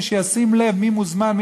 מי שישים לב מי מוזמן,